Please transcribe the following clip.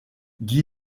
guy